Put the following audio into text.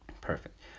Perfect